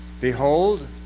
Behold